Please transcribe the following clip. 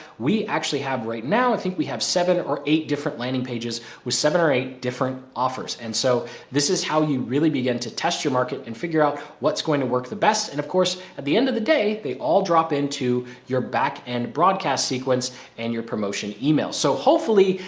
we actually have right now i think we have seven or eight different landing pages with seven or eight different offers. and so this is how you really begin to test your market and figure out what's going to work the best and of course, at the end of the day, they all drop into your back and broadcast sequence and your promotion email. so hopefully,